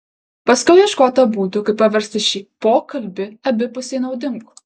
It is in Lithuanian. paskiau ieškota būdų kaip paversti šį pokalbį abipusiai naudingu